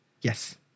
Yes